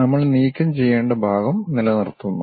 നമ്മൾ നീക്കം ചെയ്യേണ്ട ഭാഗം നിലനിർത്തുന്നു